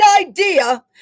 idea